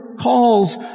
calls